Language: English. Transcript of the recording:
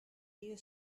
you